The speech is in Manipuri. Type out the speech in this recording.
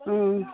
ꯎꯝ